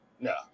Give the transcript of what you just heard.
no